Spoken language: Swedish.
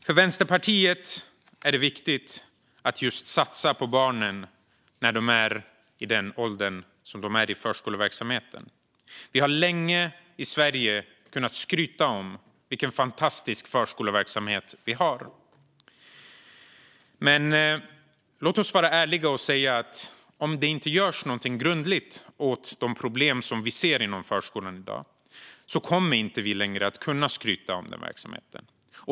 För Vänsterpartiet är det viktigt att just satsa på barnen när de är i den ålder de är i förskoleverksamheten. Vi har länge i Sverige kunnat skryta om vilken fantastisk förskoleverksamhet vi har. Men låt oss vara ärliga och säga att om det inte görs något grundligt åt de problem som vi ser inom förskolan i dag kommer vi inte längre att kunna skryta om den verksamheten.